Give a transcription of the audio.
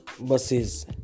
buses